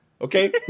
Okay